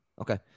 Okay